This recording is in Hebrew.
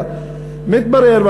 מתברר,